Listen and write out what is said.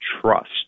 trust